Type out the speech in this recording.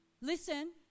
Listen